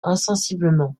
insensiblement